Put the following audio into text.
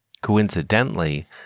Coincidentally